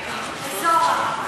באזור, אמרתי.